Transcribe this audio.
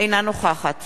אינה נוכחת